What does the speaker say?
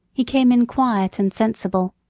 he came in quiet and sensible.